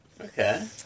Okay